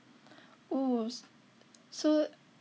oo so